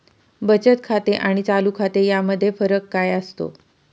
बचत खाते आणि चालू खाते यामध्ये फरक काय असतो?